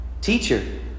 Teacher